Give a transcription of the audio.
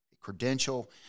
credential